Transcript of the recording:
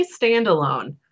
standalone